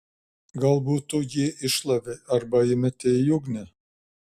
galbūt tu jį iššlavei arba įmetei į ugnį